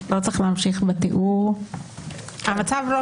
לא צריך להמשיך בתיאור, המצב לא טוב.